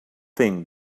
thing